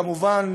כמובן,